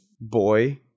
boy